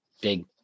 big